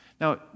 Now